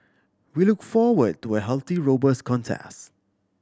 we look forward to a healthy robust contest